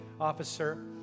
officer